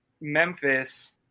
Memphis